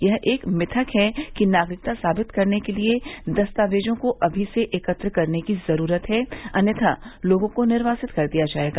यह एक मिथक है कि नागरिकता साबित करने के लिए दस्तावेज़ों को अभी एकत्र करने की ज़रूरत है अन्यथा लोगों को निर्वासित कर दिया जाएगा